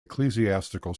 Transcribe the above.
ecclesiastical